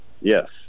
yes